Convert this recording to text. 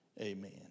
Amen